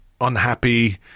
unhappy